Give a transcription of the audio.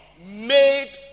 made